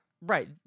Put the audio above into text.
right